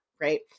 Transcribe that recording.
Right